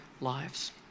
lives